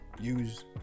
use